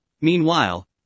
meanwhile